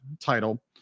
title